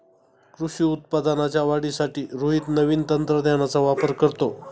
कृषी उत्पादनाच्या वाढीसाठी रोहित नवीन तंत्रज्ञानाचा वापर करतो